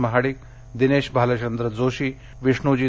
Mahadik Dinesh Bhalchandra Joshi Vishnu जी